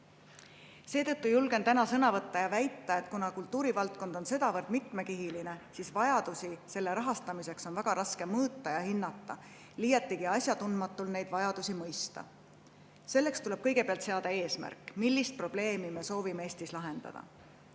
Seetõttu julgen täna sõna võtta ja väita, et kuna kultuurivaldkond on sedavõrd mitmekihiline, siis vajadusi selle rahastamiseks on väga raske mõõta ja hinnata, liiatigi asjatundmatul neid vajadusi mõista. Selleks tuleb kõigepealt seada eesmärk, millist probleemi me soovime Eestis lahendada.